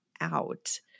out